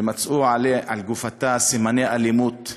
ומצאו על גופתה סימני אלימות,